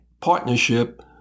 partnership